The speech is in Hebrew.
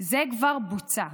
זה כבר בוצע,